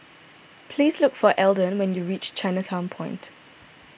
please look for Elden when you reach Chinatown Point